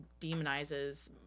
demonizes